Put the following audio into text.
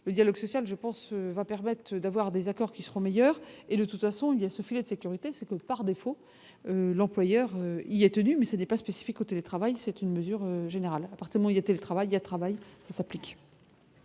le dialogue social, je pense, va permettre d'avoir des accords qui seront meilleures et le tout à son il y a ce filet de sécurité, c'est que, par défaut, l'employeur, il y a tenu, mais ce n'est pas spécifique au télétravail, c'est une mesure générale appartement, il était le travail à travail s'applique.